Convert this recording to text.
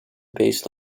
based